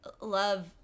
love